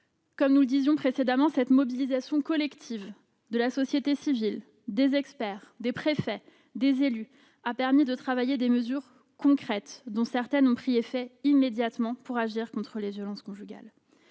Comme nous le disions précédemment, cette mobilisation collective de la société civile, des experts, des préfets, des élus a permis de travailler à des mesures concrètes, dont certaines ont pris effet immédiatement pour agir contre les violences conjugales.